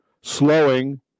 slowing